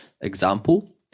Example